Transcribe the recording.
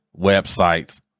websites